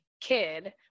kid